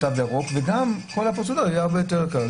אדם בלי תו ירוק והפרוצדורה תהיה יותר קלה.